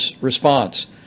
response